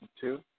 two